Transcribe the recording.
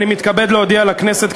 אני מתכבד להודיע לכנסת,